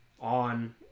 on